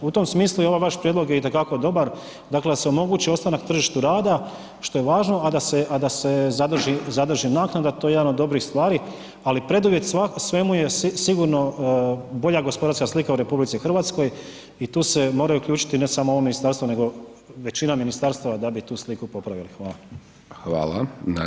U tom smislu i ovaj vaš prijedlog je itekako dobar, dakle da se omogući ostanak na tržištu rada što je važno, a da se zadrži naknada to je jedan od dobrih stvari, ali preduvjet svemu je sigurno bolja gospodarska slika u RH i tu se moraju uključiti ne samo ovo ministarstvo, nego većina ministarstava da bi tu sliku popravili.